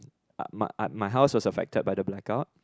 uh my house was affected by the blackout